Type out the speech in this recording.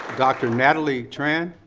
dr. natalie tran?